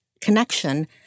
connection